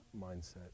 mindset